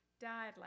died